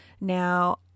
Now